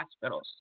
hospitals